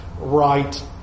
right